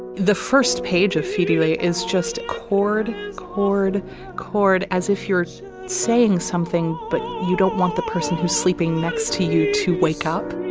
the first page of feeling is just a chord chord chord as if you're saying something but you don't want the person who's sleeping next to you to wake up.